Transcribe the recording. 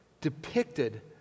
depicted